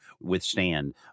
withstand